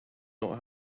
not